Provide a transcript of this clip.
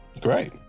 Great